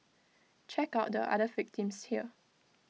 check out the other victims here